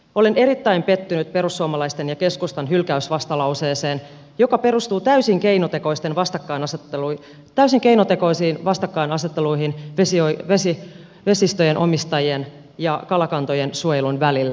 olen erittäin pettynyt perussuomalaisten ja keskustan hylkäysvastalauseeseen joka perustuu täysin keinotekoisiin vastakkainasetteluihin vesistöjen omistajien ja kalakantojen suojelun välillä